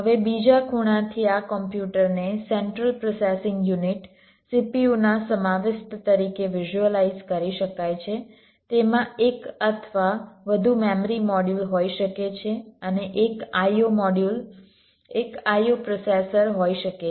હવે બીજા ખૂણાથી આ કોમ્પ્યુટરને સેન્ટ્રલ પ્રોસેસિંગ યુનિટ CPUના સમાવિષ્ટ તરીકે વિઝ્યુઅલાઈઝ કરી શકાય છે તેમાં એક અથવા વધુ મેમરી મોડ્યુલ હોઈ શકે છે અને એક IO મોડ્યુલ એક IO પ્રોસેસર હોઈ શકે છે